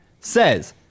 says